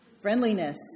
friendliness